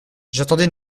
j’attendais